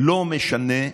לא משנה,